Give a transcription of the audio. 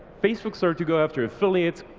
facebook started to go after affiliates,